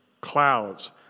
clouds